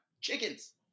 Chickens